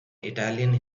italian